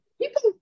people